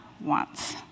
wants